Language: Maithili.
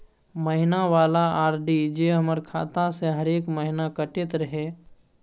महीना वाला आर.डी जे हमर खाता से हरेक महीना कटैत रहे?